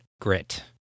Grit